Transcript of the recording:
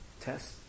test